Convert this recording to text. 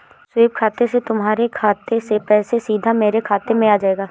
SVEEP खाते से तुम्हारे खाते से पैसे सीधा मेरे खाते में आ जाएंगे